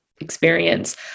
experience